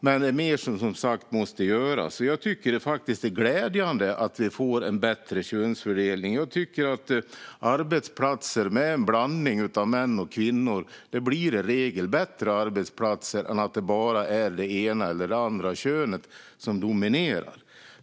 Men mer måste som sagt göras. Jag tycker att det är glädjande att vi får en bättre könsfördelning. Jag tycker att arbetsplatser med en blandning av män och kvinnor i regel blir bättre arbetsplatser än om det bara är det ena könet som dominerar.